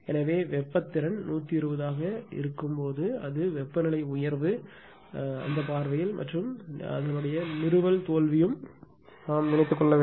எனவே அதன் வெப்ப திறன் 120 ஆக இருக்கும் போது அது வெப்பநிலை உயர்வு பார்வையில் மற்றும் நிறுவல் தோல்வியும் நினைக்க வேண்டும்